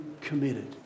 committed